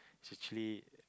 is actually